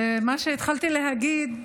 מה שהתחלתי להגיד,